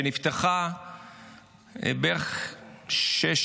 שנפתחה בערך לפני שש,